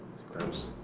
gross.